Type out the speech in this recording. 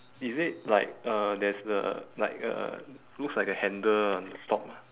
is it like uh there's the like uh looks like a ah on the top